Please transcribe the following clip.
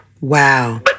Wow